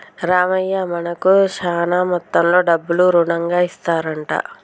రామయ్య మనకు శాన మొత్తంలో డబ్బులు రుణంగా ఇస్తారంట